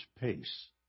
pace